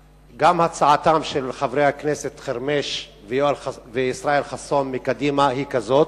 הצעתם של חברי הכנסת חרמש וישראל חסון מקדימה היא כזאת: